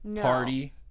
party